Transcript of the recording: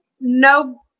no